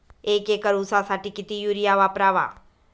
एक एकर ऊसासाठी किती युरिया वापरावा?